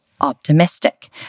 optimistic